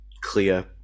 clear